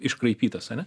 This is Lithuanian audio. iškraipytas ane